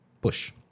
push